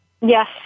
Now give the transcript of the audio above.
Yes